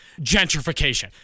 gentrification